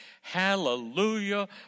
Hallelujah